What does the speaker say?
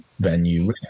venue